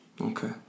Okay